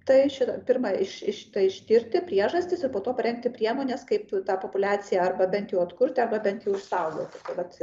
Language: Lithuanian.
tai šitą pirma iš iš tai ištirti priežastis o po to parengti priemones kaip tą populiaciją arba bent jau atkurti arba bent jau išsaugoti tai vat